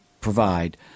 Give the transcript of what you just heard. provide